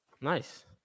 Nice